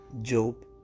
Job